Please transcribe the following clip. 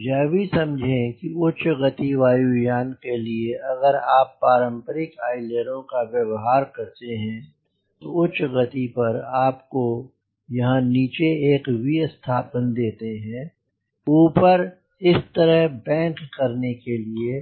यह भी समझें कि उच्च गति वायु यान के लिए अगर आप पारंपरिक अइलेरों का व्यवहार करते हैं तो उच्च गति पर आप इसको यहाँ नीचे एक विस्थापन देते हैं ऊपर इस तरह बैंक करने के लिए